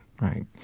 right